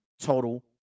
total